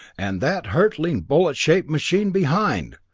and that hurtling, bullet-shaped machine behind!